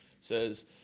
says